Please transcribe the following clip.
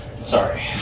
Sorry